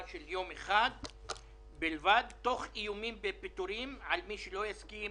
של יום אחד - תוך איומים בפיטורים למי שלא יסכים